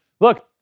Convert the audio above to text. look